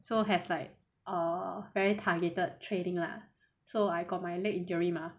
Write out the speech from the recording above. so have like err very targeted training lah so I got my leg injury mah